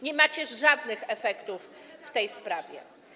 Nie macie żadnych efektów w tej sprawie.